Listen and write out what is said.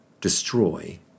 destroy